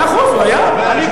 מאה אחוז, הוא היה.